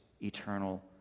eternal